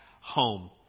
home